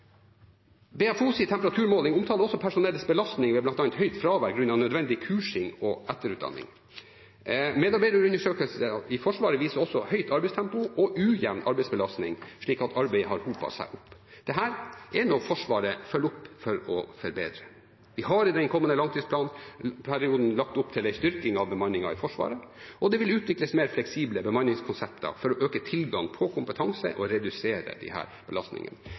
temperaturmåling omtaler også personellets belastning ved bl.a. høyt fravær grunnet nødvendig kursing og etterutdanning. Medarbeiderundersøkelser i Forsvaret viser også et høyt arbeidstempo og ujevn arbeidsbelastning, slik at arbeid har hopet seg opp. Dette er noe Forsvaret følger opp for å forbedre. Vi har i den kommende langtidsplanperioden lagt opp til en styrking av bemanningen i Forsvaret, og det vil utvikles mer fleksible bemanningskonsepter for å øke tilgangen på kompetanse og redusere disse belastningene.